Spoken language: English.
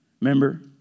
Remember